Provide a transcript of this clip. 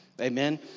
Amen